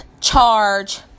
charge